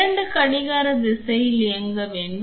2 கடிகார திசையில் இயக்க வேண்டும்